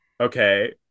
okay